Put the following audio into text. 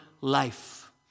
life